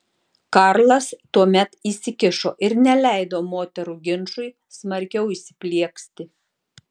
karlas tuomet įsikišo ir neleido moterų ginčui smarkiau įsiplieksti